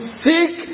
seek